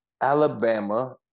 Alabama